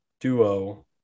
duo